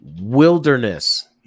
wilderness